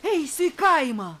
eisiu į kaimą